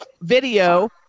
video